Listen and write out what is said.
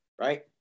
right